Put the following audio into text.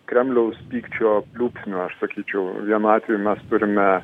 kremliaus pykčio pliūpsnių aš sakyčiau viena atveju mes turime